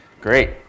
Great